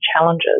challenges